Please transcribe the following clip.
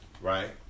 Right